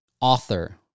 author